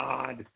God